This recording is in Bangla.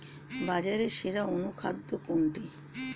বাজারে সেরা অনুখাদ্য কোনটি?